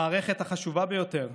המערכת החשובה ביותר,